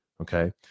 Okay